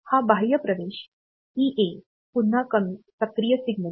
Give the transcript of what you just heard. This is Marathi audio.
हा बाह्य प्रवेश ईए पुन्हा कमी सक्रिय सिग्नल आहे